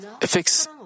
fix